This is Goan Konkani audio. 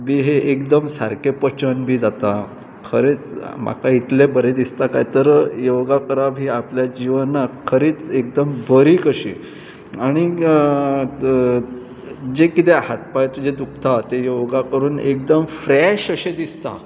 बी हें एकदम सारकें पचन बी जाता खरेंच म्हाका इतलें बरें दिसता कायतर योगा करप ही आपल्या जिवनाक खरीच एकदम बरी कशी आनीक त जें कितें हात पांय तुजें दुखता तें योगा करून एकदम फ्रॅश अशें दिसता